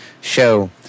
show